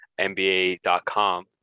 nba.com